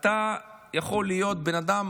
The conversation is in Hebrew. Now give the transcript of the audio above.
אתה יכול להיות בן אדם